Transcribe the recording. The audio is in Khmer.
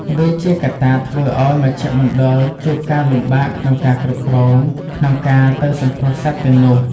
វាជាកត្តាធ្វើឱ្យមជ្ឈមណ្ឌលជួបការលំបាកក្នុងការគ្រប់គ្រង ក្នុងការទៅសង្គ្រោះសត្វទាំងនោះ។